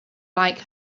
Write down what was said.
like